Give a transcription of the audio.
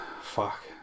Fuck